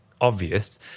obvious